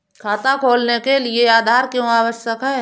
खाता खोलने के लिए आधार क्यो आवश्यक है?